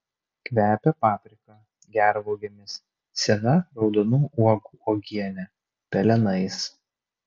kvepia paprika gervuogėmis sena raudonų uogų uogiene pelenais